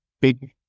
big